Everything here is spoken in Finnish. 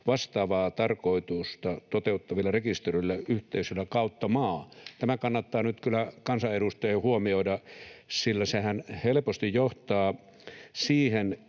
vastaavaa tarkoitusta toteuttavilla rekisteröidyillä yhteisöillä kautta maan. Tämä kannattaa nyt kyllä kansanedustajien huomioida, sillä sehän helposti johtaa siihen,